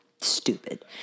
Stupid